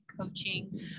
Coaching